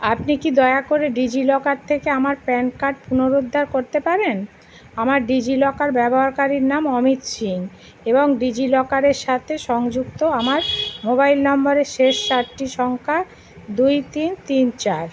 আপনি কি দয়া করে ডিজিলকার থেকে আমার প্যান কার্ড পুনরুদ্ধার করতে পারেন আমার ডিজিলকার ব্যবহারকারীর নাম অমিত সিং এবং ডিজিলকারের সাথে সংযুক্ত আমার মোবাইল নম্বরের শেষ চারটি সংখ্যা দুই তিন তিন চার